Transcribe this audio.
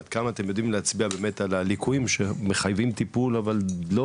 ועד כמה אתם יודעים להצביע באמת על הליקויים שמחייבים טיפול בהול.